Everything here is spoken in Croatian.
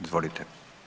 Izvolite.